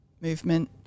movement